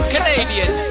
Canadian